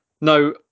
Now